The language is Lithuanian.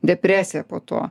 depresija po to